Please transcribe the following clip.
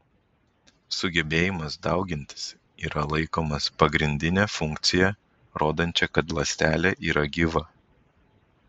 sugebėjimas daugintis yra laikomas pagrindine funkcija rodančia kad ląstelė yra gyva